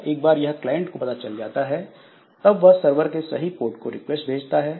जब एक बार यह क्लाइंट को पता चल जाता है तब वह सरवर के सही पोर्ट को रिक्वेस्ट भेजता है